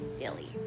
silly